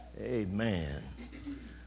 Amen